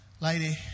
Lady